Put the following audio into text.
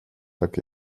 tak